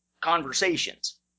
conversations